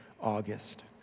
August